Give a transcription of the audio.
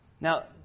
Now